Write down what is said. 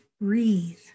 breathe